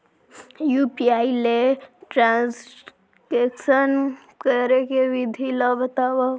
UPI ले transaction करे के विधि ला बतावव?